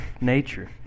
nature